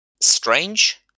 strange